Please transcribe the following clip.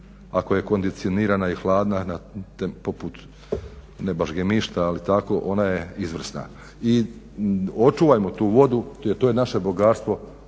ako je kondicionirana i hladna poput ne baš gemišta ali tako ona je izvrsna i očuvajmo tu vodu jer to je naše bogatstvo,